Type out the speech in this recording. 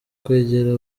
kwegera